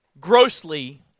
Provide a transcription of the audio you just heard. grossly